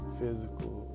physical